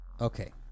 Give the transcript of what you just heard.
Okay